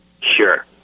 Sure